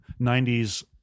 90s